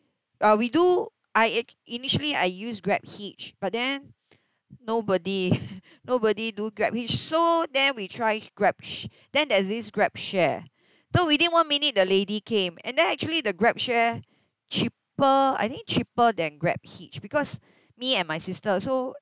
uh we do I ac~ initially I use GrabHitch but then nobody nobody do GrabHitch so then we try grab sh~ then there's this GrabShare so within one minute the lady came and then actually the GrabShare cheaper I think cheaper than GrabHitch because me and my sister so